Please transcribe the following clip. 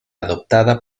adoptada